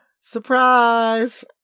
Surprise